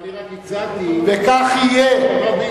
אני רק הצעתי, וכך יהיה.